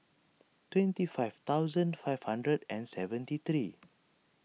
twenty five thousand five hundred and seventy three